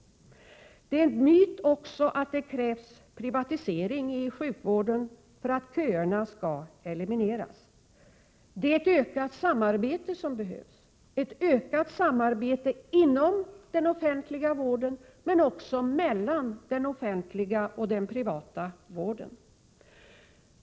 Det är även en myt att det krävs en privatisering av sjukvården för att köerna skall kunna elimineras. Det är ett ökat samarbete som behövs, ett ökat samarbete inom den offentliga vården men även mellan den offentliga och den privata vården.